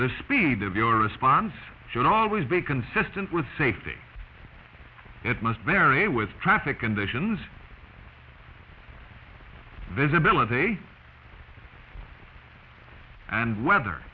the speed of your response should always be consistent with safety it must vary with traffic conditions visibility and whether